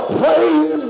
praise